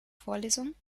vorlesung